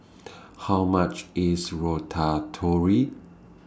How much IS